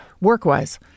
work-wise